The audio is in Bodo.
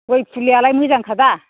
गय फुलियालाय मोजांखादा